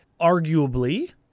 arguably